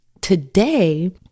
today